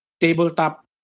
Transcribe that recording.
tabletop